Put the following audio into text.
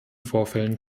vorfällen